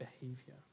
behavior